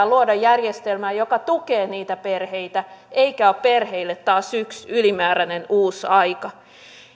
luoda järjestelmää joka tukee niitä perheitä eikä ole perheille taas yksi ylimääräinen uusi